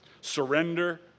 Surrender